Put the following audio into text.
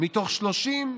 מתוך 33,